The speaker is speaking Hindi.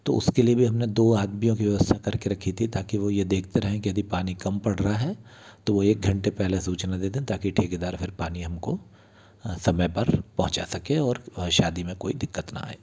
तो उसके लिए भी हमने दो आदमियों की व्यवस्था करके रखी थी ताकि वह यह देखते रहें कि यदि पानी कम पड़ रहा है तो वह एक घंटे पहले सूचना दे दें ताकि ठेकेदार फिर अपनी हमको समय पर पहुँचा सके और शादी में कोई दिक्कत न आए